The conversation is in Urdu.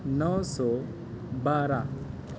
نو سو بارہ